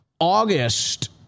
August